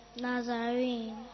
Nazarene